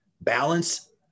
balance